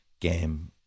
game